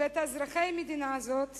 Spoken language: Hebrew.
ואת אזרחי המדינה הזאת